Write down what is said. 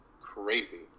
crazy